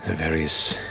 various